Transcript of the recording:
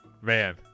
Man